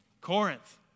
Corinth